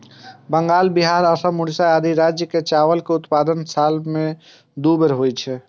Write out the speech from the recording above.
बंगाल, बिहार, असम, ओड़िशा आदि राज्य मे चावल के उत्पादन साल मे दू बेर होइ छै